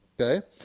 okay